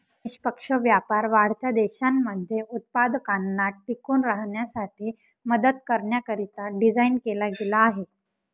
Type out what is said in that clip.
निष्पक्ष व्यापार वाढत्या देशांमध्ये उत्पादकांना टिकून राहण्यासाठी मदत करण्याकरिता डिझाईन केला गेला आहे